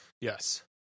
Yes